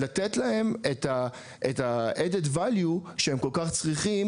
לתת להם את add valu שהם כל כך צריכים